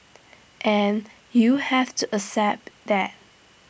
and you have to accept that